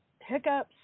hiccups